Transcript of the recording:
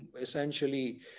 essentially